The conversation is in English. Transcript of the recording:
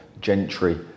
gentry